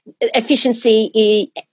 efficiency